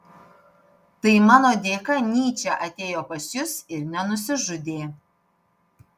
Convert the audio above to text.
tai mano dėka nyčė atėjo pas jus ir nenusižudė